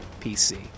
PC